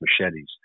machetes